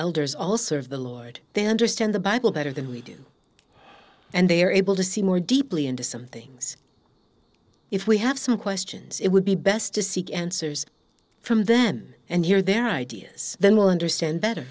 elders also have the lloyd they understand the bible better than we do and they are able to see more deeply into some things if we have some questions it would be best to seek answers from then and hear their ideas then will understand better